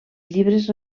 llibres